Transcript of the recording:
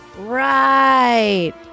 Right